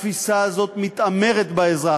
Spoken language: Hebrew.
התפיסה הזאת מתעמרת באזרח,